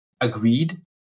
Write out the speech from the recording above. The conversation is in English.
agreed